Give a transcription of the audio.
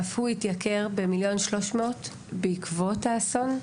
אף הוא התייקר ב-1.3 מיליון בעקבות האסון.